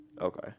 Okay